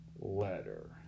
letter